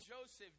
Joseph